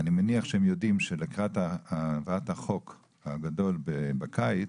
אני מניח שהם יודעים שלקראת הבאת החוק הגדול בקיץ,